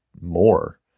more